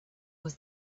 was